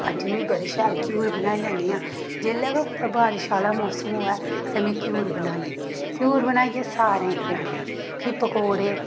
अज्ज मी बडे़ शैल घ्यूर बनाई लैन्नी आं जेल्लै कोई बारश आह्ला मौसम होऐ ते में घ्यूर बनान्नी घ्यूर बनाइयै सारें गी खलान्नी फ्ही पकोडे़